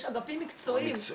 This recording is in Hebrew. יש אגפים מקצועיים.